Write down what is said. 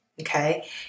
okay